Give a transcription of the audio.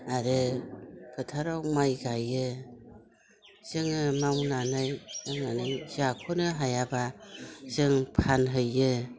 आरो फोथाराव माइ गायो जोङो मावनानै दांननानै जाख'नो हायाब्ला जों फानहैयो